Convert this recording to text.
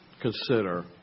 consider